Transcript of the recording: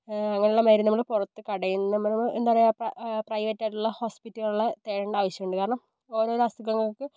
അങ്ങനെയുള്ള മരുന്ന് നമ്മൾ പുറത്ത് കടയിൽ നിന്ന് നമ്മൾ എന്താ പറയുക പ്ര പ്രൈവറ്റ് ആയിട്ടുള്ള ഹോസ്പിറ്റലുകളെ തേടേണ്ട ആവശ്യമുണ്ട് കാരണം ഓരോരോ അസുഖങ്ങൾക്ക്